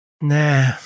nah